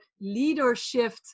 leadership